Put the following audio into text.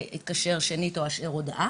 מזמינים אותנו לצלצל בשנית או להשאיר הודעה.